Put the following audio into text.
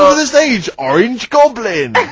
ah the stage orange goblin